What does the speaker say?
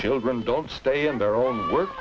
children don't stay in their own work